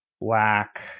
Black